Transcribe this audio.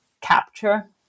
capture